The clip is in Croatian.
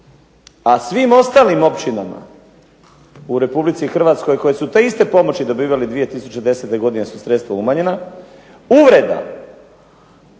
a svim ostalim općinama u RH koje su te iste pomoći dobivali, 2010. godine su sredstva umanjena, uvreda